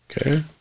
Okay